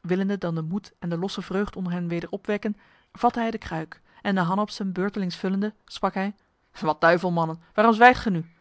willende dan de moed en de losse vreugd onder hen weder opwekken vatte hij de kruik en de hanapsen beurtelings vullende sprak hij wat duivel mannen waarom zwijgt gij nu